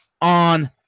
on